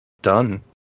Done